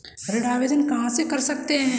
ऋण आवेदन कहां से कर सकते हैं?